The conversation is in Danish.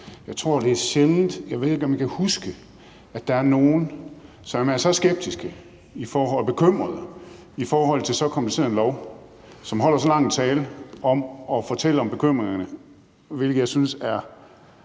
jeg har hørt lidt. Jeg ved ikke, om I kan huske at have hørt nogle, som er så skeptiske og bekymrede i forhold til en kompliceret lov, og som holder en lang tale for at fortælle om bekymringerne – bekymringer, som jeg synes er